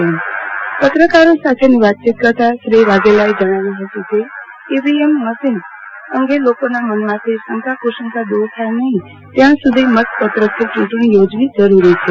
આજે પત્રકારો સાથે વાતચીત કરતાં શ્રી વાઘેલાએ જણાવ્યું હતું કે ઈવીએમ મશીન અંગે લોકોના મનમાંથી શંકા કુશંકા દૂર થાય નહીં ત્યાં સુધી મત પત્રકથી ચૂંટણી યોજવી જરૂરી છે